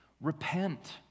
Repent